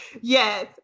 Yes